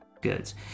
goods